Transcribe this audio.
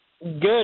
Good